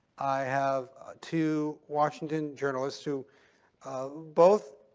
i have two washington journalists who both